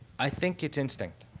i think it's instinct.